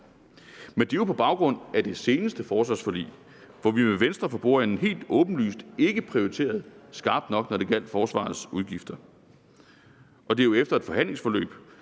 Men det er jo på baggrund af det seneste forsvarsforlig, hvor vi med Venstre for bordenden helt åbenlyst ikke prioriterede skarpt nok, når det gjaldt forsvarets udgifter. Og det er jo efter et forhandlingsforløb,